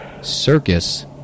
circus